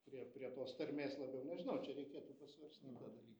prie prie tos tarmės labiau nežinau čia reikėtų pasvarstyt tą dalyką